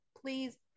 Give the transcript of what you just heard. please